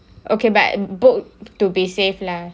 okay but book to be safe lah